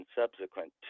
subsequent